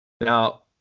Now